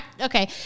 Okay